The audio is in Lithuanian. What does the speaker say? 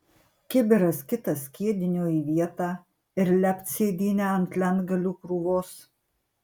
kibiras kitas skiedinio į vietą ir lept sėdynę ant lentgalių krūvos